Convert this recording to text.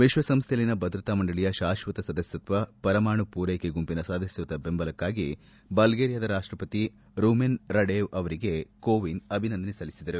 ವಿಶ್ವಸಂಸ್ವೆಯಲ್ಲಿನ ಭದ್ರತಾ ಮಂಡಳಿಯ ಶಾಶ್ವತ ಸದಸ್ಸತ್ತ್ವ ಪರಮಾಣು ಪೂರೈಕೆ ಗುಂಪಿನ ಸದಸ್ಸತ್ತದ ಬೆಂಬಲಕ್ಷಾಗಿ ಬಲ್ಗೇರಿಯಾದ ರಾಷ್ಷಪತಿ ರುಮೆನ್ ರಡೆವ್ ಅವರಿಗೆ ಕೋವಿಂದ್ ಅಭಿನಂದನೆ ಸಲ್ಲಿಸಿದರು